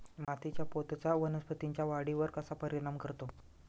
मातीच्या पोतचा वनस्पतींच्या वाढीवर कसा परिणाम करतो?